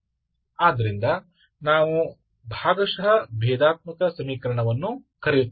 ಆದ್ದರಿಂದ ನಾವು ಭಾಗಶಃ ಭೇದಾತ್ಮಕ ಸಮೀಕರಣವನ್ನು ಕರೆಯುತ್ತೇವೆ